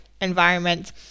environment